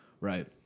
Right